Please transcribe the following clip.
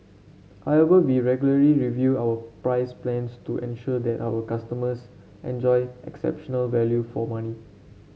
however we regularly review our price plans to ensure that our customers enjoy exceptional value for money